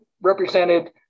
represented